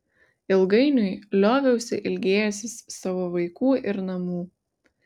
ilgainiui lioviausi ilgėjęsis savo vaikų ir namų